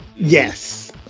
Yes